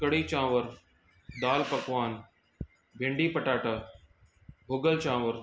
कढ़ी चांवर दालि पकवान भिंडी पटाटा भुगल चांवर